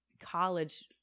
college